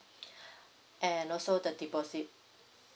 and also the deposit